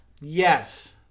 Yes